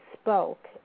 spoke